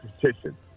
petition